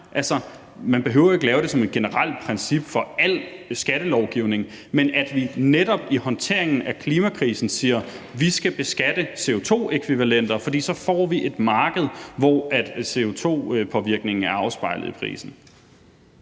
Man behøver jo ikke at lave det som et generelt princip for al skattelovgivning, men at vi netop i håndteringen af klimakrisen siger: Vi skal beskatte CO2-ækvivalenter, for så får vi er marked, hvor CO2-påvirkningen er afspejlet i prisen.